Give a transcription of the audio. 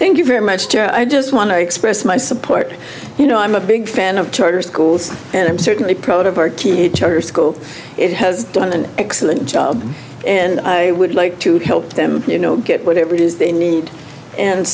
thank you very much i just want to express my support you know i'm a big fan of charter schools and i'm certainly proud of our teacher school it has done an excellent job and i would like to help them you know get whatever it is they need and